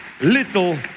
little